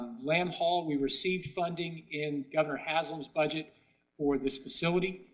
lamb hall we received funding in governor haslam's budget for this facility.